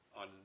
on